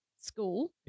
school